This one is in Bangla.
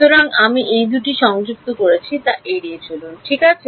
সুতরাং আমি এই দুটি সংযুক্ত করেছি তা এড়িয়ে চলুন ঠিক আছে